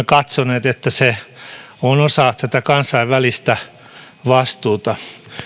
katsoneet olevan osa tätä kansainvälistä vastuuta